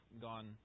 gone